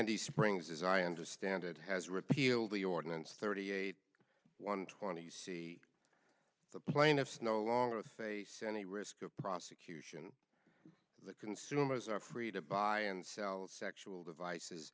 the springs as i understand it has repealed the ordinance thirty eight one twenty you see the plaintiffs no longer to face any risk of prosecution so that consumers are free to buy and sell sexual devices